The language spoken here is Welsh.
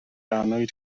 annwyd